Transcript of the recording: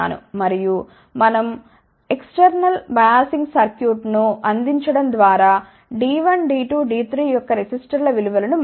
మరియు మనం external biasing సర్క్యూట్ను అందించడం ద్వారా D1D2D3 యొక్క రెసిస్టర్ల విలువను మార్చవచ్చు